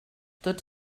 tots